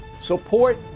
support